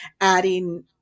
adding